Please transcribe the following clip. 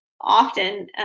often